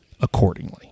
accordingly